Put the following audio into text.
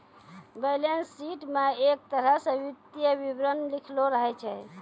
balance sheet म एक तरह स वित्तीय विवरण लिखलो रहै छै